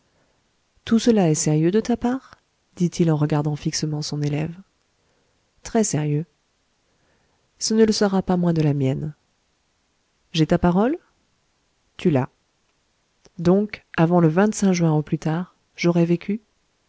tout cela est sérieux de ta part dit-il en regardant fixement son élève très sérieux ce ne le sera pas moins de la mienne j'ai ta parole tu l'as donc avant le juin au plus tard j'aurai vécu